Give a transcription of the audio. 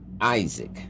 Isaac